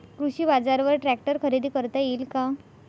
कृषी बाजारवर ट्रॅक्टर खरेदी करता येईल का?